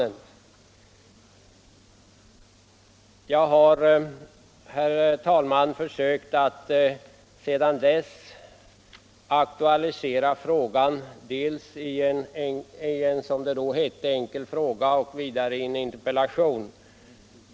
Sedan dess har jag försökt aktualisera frågan dels i en, som det då hette, enkel fråga, dels i en interpellation.